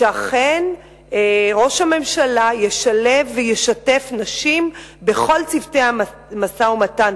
שאכן ראש הממשלה ישלב וישתף נשים בכל צוותי המשא-ומתן.